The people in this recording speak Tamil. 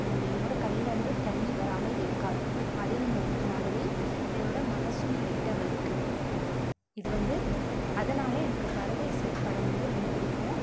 என்னோட கண்ணுலேந்து தண்ணி வராமல் இருக்காது அதே மாதிரி என்னோட மனசும் லைட்டாக வலிக்கும் இது வந்து அதனால் எனக்கு பரதேசி படம் வந்து ரொம்பவும் பிடிக்கும்